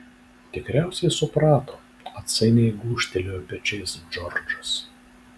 tikriausiai suprato atsainiai gūžtelėjo pečiais džordžas